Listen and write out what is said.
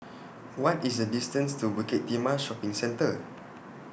What IS The distance to Bukit Timah Shopping Centre